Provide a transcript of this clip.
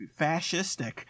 fascistic